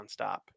nonstop